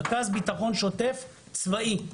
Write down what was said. רכז ביטחון שוטף צבאי.